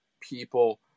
people